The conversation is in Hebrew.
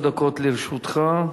שלוש דקות לרשותך.